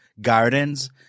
gardens